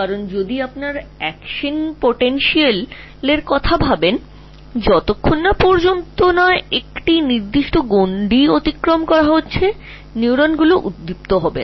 কারণ তুমি যদি নিউরনস এর কাজ করার সম্ভাবনার দিকে দেখ দেখবে তারা একটি সীমা অতিক্রম না করা পর্যন্ত উত্তেজিত হয় না